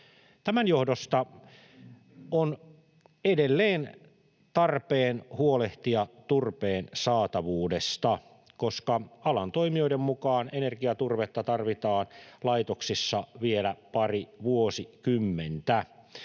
Tämän johdosta on edelleen tarpeen huolehtia turpeen saatavuudesta, koska alan toimijoiden mukaan energiaturvetta tarvitaan laitoksissa vielä pari vuosikymmentä.